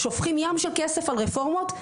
שופכים ים של כסף על רפורמות,